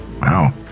wow